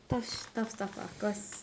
just tough stuff ah because